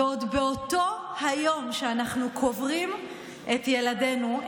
ועוד באותו היום שאנחנו קוברים את ילדינו,